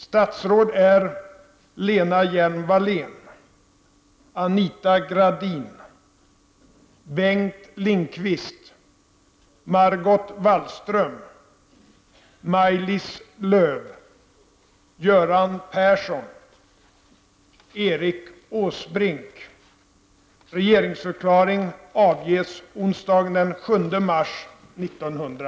Statsråd är: Statsministerns anmälan lades till handlingarna.